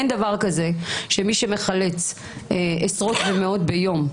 אין דבר כזה שמי שמחלץ עשרות ומאות ביום,